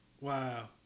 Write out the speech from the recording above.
Wow